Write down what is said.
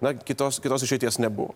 na kitos kitos išeities nebuvo